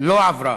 לא עברה.